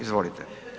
Izvolite.